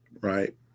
right